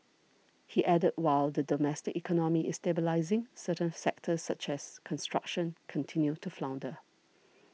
he added while the domestic economy is stabilising certain sectors such as construction continue to flounder